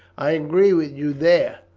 i agree with you there.